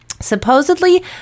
supposedly